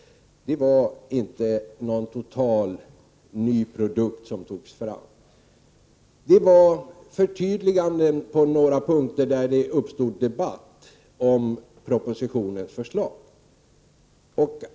Det var inte någon totalt ny produkt som togs fram. Det var förtydliganden på några punkter, där det uppstod debatt om propositionens förslag.